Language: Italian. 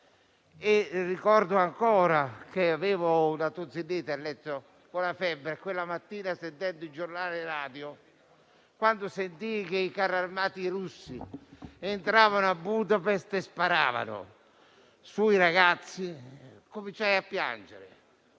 ricordo ancora che avevo una tonsillite ed ero a letto con la febbre. Quella mattina stavo ascoltando il giornale radio e, quando sentii che i carri armati russi entravano a Budapest e sparavano sui ragazzi, cominciai a piangere.